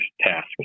task